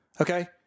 Okay